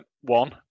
one